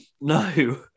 no